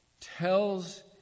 tells